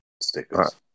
stickers